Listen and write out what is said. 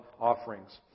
offerings